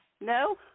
No